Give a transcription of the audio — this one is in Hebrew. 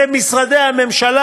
זה משרדי הממשלה.